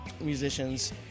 musicians